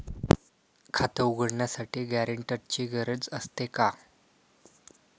खाते उघडण्यासाठी गॅरेंटरची गरज असते का?